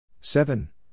seven